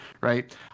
Right